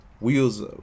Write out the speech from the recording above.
Wheels